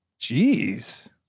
Jeez